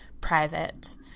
private